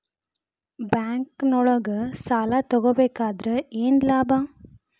ಬ್ಯಾಂಕ್ನೊಳಗ್ ಸಾಲ ತಗೊಬೇಕಾದ್ರೆ ಏನ್ ಲಾಭ?